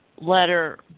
letter